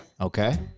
okay